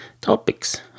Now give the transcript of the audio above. Topics